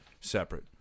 separate